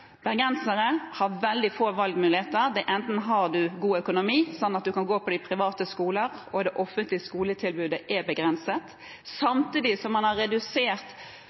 bergensere har veldig få valgmuligheter – eller eventuelt en god økonomi, sånn at en kan gå på de private skolene. Det offentlige skoletilbudet er begrenset, samtidig som man har redusert